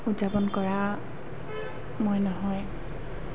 উদযাপন কৰা মই নহয়